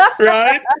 right